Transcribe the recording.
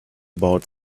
about